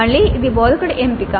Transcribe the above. మళ్ళీ ఇది బోధకుడి ఎంపిక